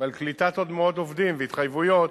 ועל קליטת עוד מאות עובדים והתחייבויות,